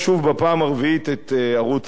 בפעם הרביעית את ערוץ-10.